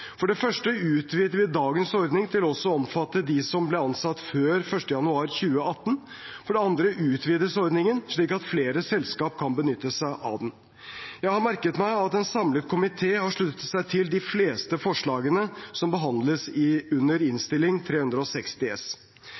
For det første utvider vi dagens ordning til også å omfatte de som ble ansatt før 1. januar 2018. For det andre utvides ordningen, slik at flere selskap kan benytte seg av den. Jeg har merket meg at en samlet komité har sluttet seg til de fleste forslagene som behandles under Innst. 360 S.